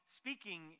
speaking